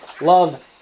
Love